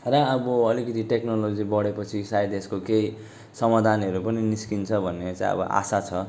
र अब अलिकति टेक्नोलोजी बढे पछि सायद यसको केही समाधानहरू पनि निस्कन्छ भन्ने चाहिँ अब आशा छ